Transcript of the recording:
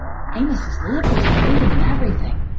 amos's lip was bleeding and everything.